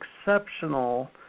exceptional